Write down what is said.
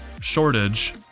shortage